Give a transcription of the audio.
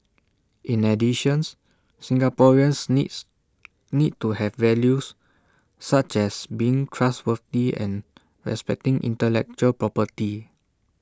in additions Singaporeans needs need to have values such as being trustworthy and respecting intellectual property